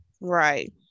right